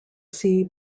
sea